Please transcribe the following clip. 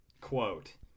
quote